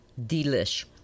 delish